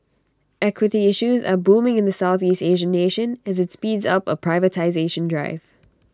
equity issues are booming in the Southeast Asian nation as IT speeds up A privatisation drive